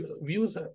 Views